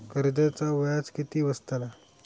कर्जाचा व्याज किती बसतला?